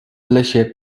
lesie